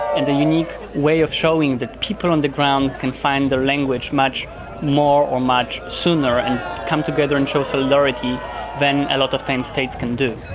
and the unique way of showing that people on the ground can find their language much more or much sooner and come together and show solidarity than a lot of time states can do.